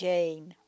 Jane